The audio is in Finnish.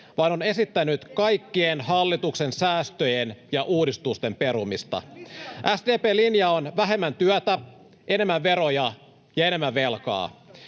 vaan on esittänyt kaikkien hallituksen säästöjen ja uudistusten perumista. SDP:n linja on vähemmän työtä, enemmän veroja ja enemmän velkaa.